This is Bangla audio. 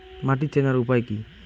মাটি চেনার উপায় কি?